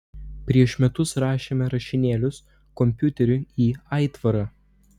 prieš metus rašėme rašinėlius kompiuteriu į aitvarą